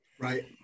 right